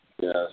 Yes